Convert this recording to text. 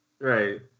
right